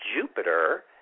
Jupiter